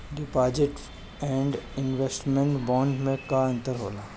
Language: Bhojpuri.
डिपॉजिट एण्ड इन्वेस्टमेंट बोंड मे का अंतर होला?